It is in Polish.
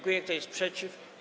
Kto jest przeciw?